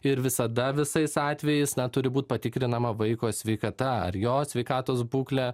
ir visada visais atvejais turi būt patikrinama vaiko sveikata ar jo sveikatos būklė